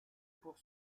pour